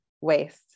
waste